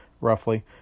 roughly